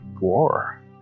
War